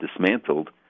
dismantled